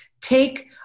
Take